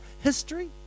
History